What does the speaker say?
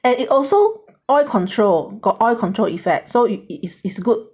and it also oil control got oil control effect so if it is is good